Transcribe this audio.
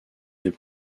des